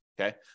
okay